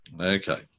Okay